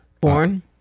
Born